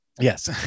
Yes